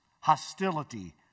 hostility